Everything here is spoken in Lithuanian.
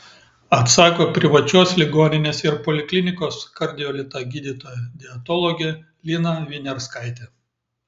atsako privačios ligoninės ir poliklinikos kardiolita gydytoja dietologė lina viniarskaitė